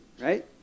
right